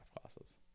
classes